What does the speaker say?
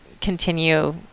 continue